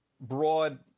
broad